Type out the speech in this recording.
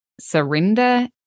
surrender